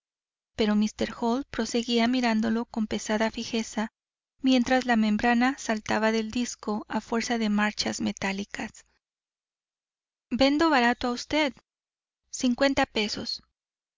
pero míster hall proseguía mirándolo con pesada fijeza mientras la membrana saltaba del disco a fuerza de marchas metálicas vendo barato a usted cincuenta pesos